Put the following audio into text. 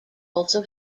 also